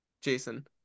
Jason